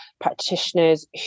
practitioners